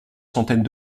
centaines